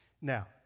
Now